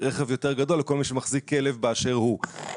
רכב יותר גדול לכל מי שמחזיק כלב באשר הוא.